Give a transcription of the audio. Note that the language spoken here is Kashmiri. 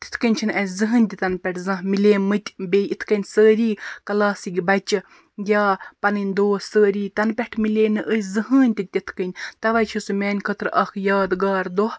تِتھٕ کٔنۍ چھِنہٕ اَسہِ زٕہٕنٛے تہِ تَنہٕ پیٚٹھٕ زانٛہہ زانٛہہ میلے مٕتۍ بیٚیہِ یِتھٕ کٔنۍ سٲری کَلاسٕکۍ بَچہٕ یا پَنٕنۍ دوس سٲری تَنہٕ پیٚٹھ میلے نہٕ أسۍ زٔہٕنٛے تہِ تِتھٕ کٔنۍ تَوے چھُ سُہ میٛانہِ خٲطٕرٕاکھ یادگار دۄہ